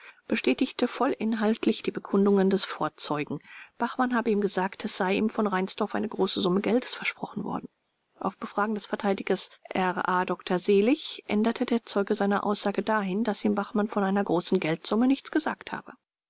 bestätigte vollinhaltlich die bekundungen des vorzeugen bachmann habe ihm gesagt es sei ihm von reinsdorf eine große summe geldes versprochen worden auf befragen des verteidigers r a dr seelig änderte der zeuge seine aussage dahin daß ihm bachmann von einer großen geldsumme nichts gesagt habe